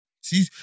See